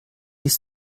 ist